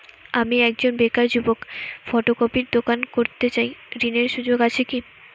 আমি একজন বেকার যুবক ফটোকপির দোকান করতে চাই ঋণের সুযোগ আছে কি?